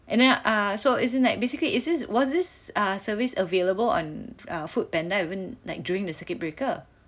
and then err so isn't like basically is this was this uh service available on err Foodpanda even like during the circuit breaker